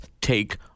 take